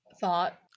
Thought